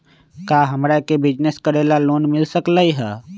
का हमरा के बिजनेस करेला लोन मिल सकलई ह?